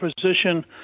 position